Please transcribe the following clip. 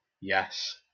yes